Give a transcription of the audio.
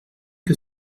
que